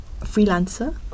freelancer